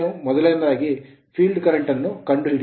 ಮೊದಲನೆಯದಾಗಿ field current field current ಅನ್ನು ಕಂಡುಹಿಡಿಯಿರಿ